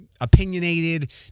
opinionated